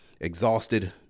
exhausted